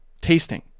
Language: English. tasting